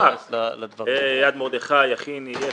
יד מרדכי, יכין, ...